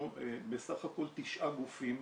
אנחנו בסך הכל תשעה גופים,